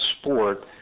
sport